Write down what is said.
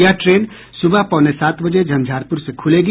यह ट्रेन सुबह पौने सात बजे झंझारपुर से खुलेगी